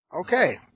Okay